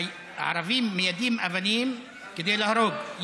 הערבים מיידים אבנים כדי להרוג,